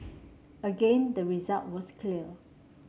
again the result was clear